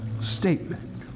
statement